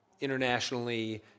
internationally